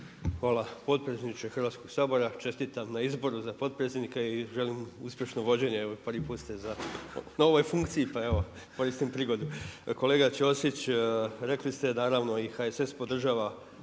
Hvala potpredsjedniče Hrvatskog sabora. Čestitam na izboru za potpredsjednika i želim uspješno vođenje. Evo prvi put ste na novoj funkciji, pa evo koristim prigodu. Kolega Ćosić, rekli ste naravno i HSS podržava